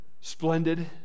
splendid